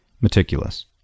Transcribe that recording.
Meticulous